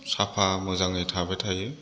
साफा मोजाङै थाबाय थायो